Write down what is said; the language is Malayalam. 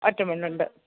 ഒറ്റമുണ്ടുണ്ട്